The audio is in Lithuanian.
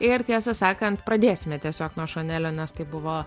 ir tiesą sakant pradėsime tiesiog nuo šanelio nes tai buvo